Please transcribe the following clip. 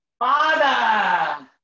Father